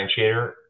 differentiator